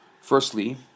Firstly